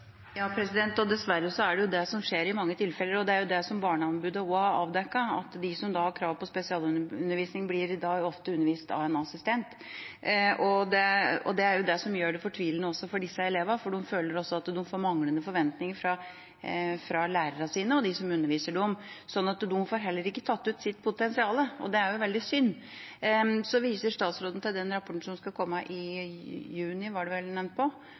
Dessverre er det det som skjer i mange tilfeller, og det er jo det Barneombudet også har avdekket, at de som har krav på spesialundervisning, blir i dag ofte undervist av en assistent. Det er det som gjør det fortvilende for disse elevene, for de føler at de får manglende forventninger fra lærerne sine og de som underviser dem, sånn at de heller ikke får tatt ut sitt potensial. Det er veldig synd. Statsråden viser til den rapporten som skal komme i juni – det var vel det han sa – evalueringen av Statped. Det blir veldig spennende. Men jeg lurer på